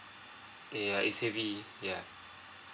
ya it's heavy ya